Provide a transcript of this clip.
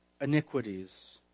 iniquities